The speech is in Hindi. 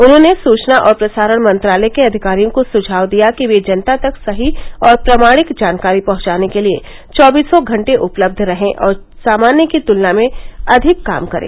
उन्होंने सूचना और प्रसारण मंत्रालय के अधिकारियों को सुझाव दिया कि वे जनता तक सही और प्रामाणिक जानकारी पहुंचाने के लिए चौबीसों घंटे उपलब्य रहें और सामान्य की तुलना में अधिक काम करें